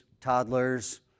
toddlers